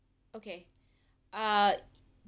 okay uh